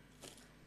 מובטלים.